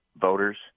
voters